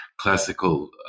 classical